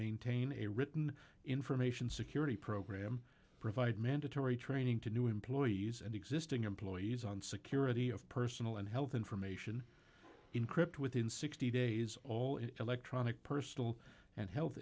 maintain a written information security program provide mandatory training to new employees and existing employees on security of personal and health information encrypt within sixty days all electronic personal and health